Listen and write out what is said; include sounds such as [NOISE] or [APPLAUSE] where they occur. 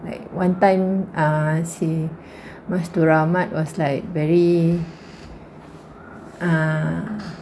like one time uh si mastura ahmad was like very [BREATH] uh